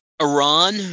Iran